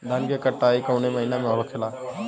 धान क कटाई कवने महीना में होखेला?